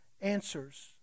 answers